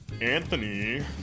Anthony